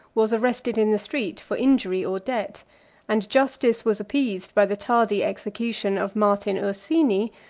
was arrested in the street for injury or debt and justice was appeased by the tardy execution of martin ursini,